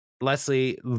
Leslie